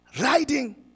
riding